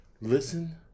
listen